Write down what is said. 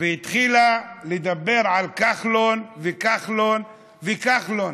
והתחילה לדבר על כחלון וכחלון וכחלון.